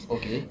okay